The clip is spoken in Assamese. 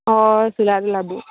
অঁ চোলা টোলা বােৰ